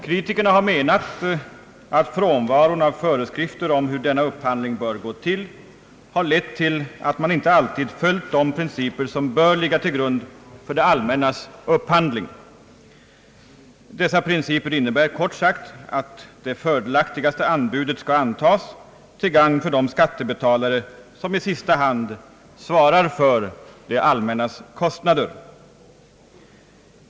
Kritikerna har menat att frånvaron av föreskrifter om hur denna upphandling bör gå till har lett till att man inte alltid följt de principer, som bör ligga till grund för det allmännas upphandling. Dessa principer innebär kort sagt att det fördelaktigaste anbudet skall antas till gagn för de skattebetalare som i sista hand svarar för det allmännas kostnader.